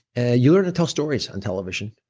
ah you're going to tell stories on television.